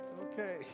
Okay